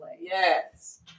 Yes